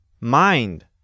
Mind